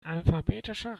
alphabetischer